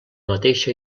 mateixa